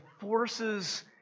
forces